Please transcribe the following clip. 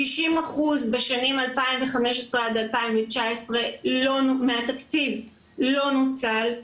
60% בשנים 2015 עד 2019 מהתקציב לא נוצל,